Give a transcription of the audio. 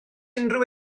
unrhyw